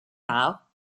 now